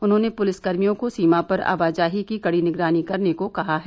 उन्होंने पुलिसकर्मियों को सीमा पर आवाजाही की कड़ी निगरानी करने को कहा है